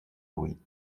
louis